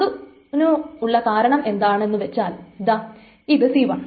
അതിനു കാരണമെന്താണെന്നു വച്ചാൽ ദാ ഇത് c1